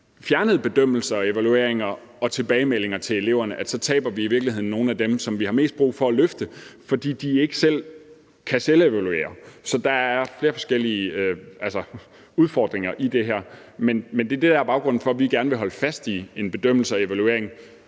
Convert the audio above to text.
fjernede bedømmelser og evalueringer og tilbagemeldinger til eleverne, at vi så i virkeligheden taber nogle af dem, som vi har mest brug for at løfte, fordi de ikke kan selvevaluere. Så der er flere forskellige udfordringer i det her. Men det er det, der er baggrunden for, at vi gerne vil holde fast i en bedømmelse og evaluering